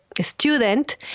student